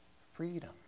freedom